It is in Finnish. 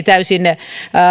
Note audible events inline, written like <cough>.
<unintelligible> täysin